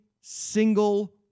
single